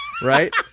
Right